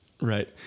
Right